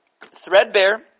threadbare